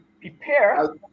prepare